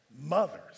Mothers